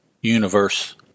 universe